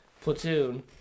platoon